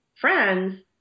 friends